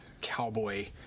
cowboy